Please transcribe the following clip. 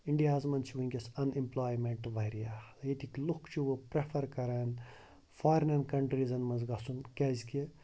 اِنڈیاہَس منٛز چھِ وٕنکٮ۪س اَن اِمپٕلایمنٹ واریاہ ییٚتِکۍ لُکھ چھِ وٕ پرٮ۪فَر کَران فارِنن کَنٹریٖزَن منٛز گَژھُن کیٛازِکہِ